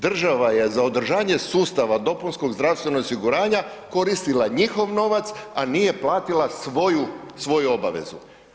Država je održavanje sustava dopunskog zdravstvenog osiguranja koristila njihov novac a nije platila svoju obavezu.